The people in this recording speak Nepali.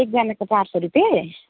एकजनाको चार सौ रुपियाँ